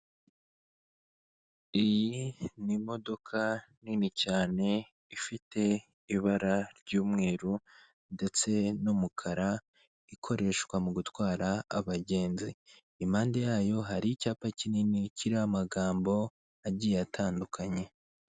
Iyi ni imodoka nini cyane ifite ibara ry'umweru ndetse n'umukara ikoreshwa mu gutwara abagenzi, impande yayo hari icyapa kinini kiriho amagambo agiye atandukanye.